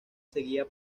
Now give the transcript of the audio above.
seguía